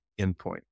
endpoint